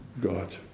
God